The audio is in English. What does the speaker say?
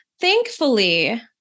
thankfully